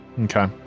Okay